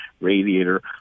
radiator